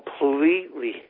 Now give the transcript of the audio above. completely